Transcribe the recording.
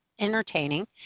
entertaining